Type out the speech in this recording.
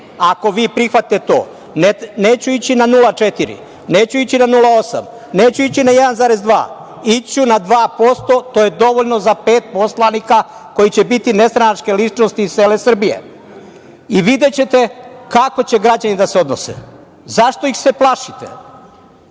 ako vi prihvatite to. Neću ići na 0,4, neću ići na 0,8, neću ići na 1,2, ići ću na 2%. To je dovoljno za pet poslanika koji će biti nestranačke ličnosti iz cele Srbije i videćete kako će građani da se odnose.Zašto ih se plašite?